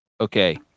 Okay